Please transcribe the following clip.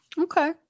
Okay